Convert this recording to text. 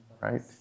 Right